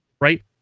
right